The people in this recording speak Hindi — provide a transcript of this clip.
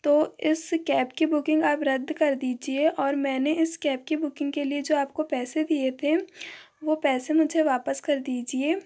तो इस कैब की बुकिंग आप रद्द कर दीजिए और मैंने इस कैब की बुकिंग के लिए जो आपको पैसे दिए थे वो पैसे मुझे वापस कर दीजिए